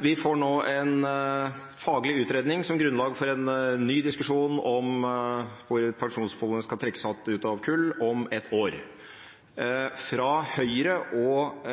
Vi får nå en faglig utredning som grunnlag for en ny diskusjon om hvorvidt pensjonsfondet skal trekkes ut av kull om ett år. Fra Høyre og